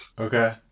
Okay